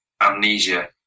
amnesia